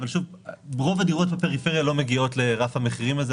רוב הדירות בפריפריה לא מגיעות לרף המחירים הזה,